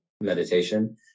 meditation